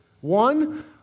One